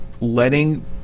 letting